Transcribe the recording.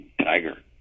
Tiger